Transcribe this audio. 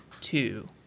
Two